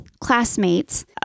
classmates